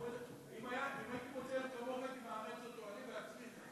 אם הייתי מוצא ילד כמוהו הייתי מאמץ אותו אני בעצמי.